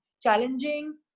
challenging